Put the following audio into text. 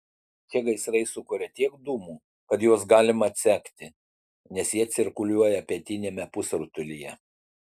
šie gaisrai sukuria tiek dūmų kad juos galima atsekti nes jie cirkuliuoja pietiniame pusrutulyje